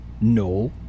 No